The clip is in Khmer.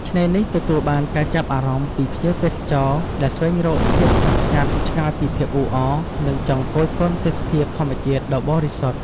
ឆ្នេរនេះទទួលបានការចាប់អារម្មណ៍ពីភ្ញៀវទេសចរដែលស្វែងរកភាពស្ងប់ស្ងាត់ ឆ្ងាយពីភាពអ៊ូអរ និងចង់គយគន់ទេសភាពធម្មជាតិដ៏បរិសុទ្ធ។